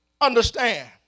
understand